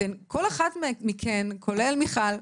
אתן, כל אחת מכן כולל מיכל,